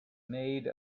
made